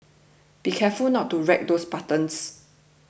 be careful not to wreck those buttons